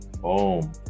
Boom